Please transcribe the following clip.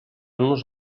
nos